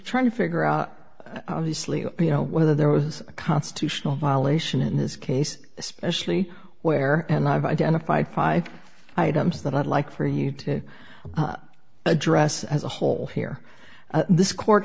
trying to figure out the sleep you know whether there was a constitutional violation in this case especially where and i've identified five items that i'd like for you to address as a whole here this court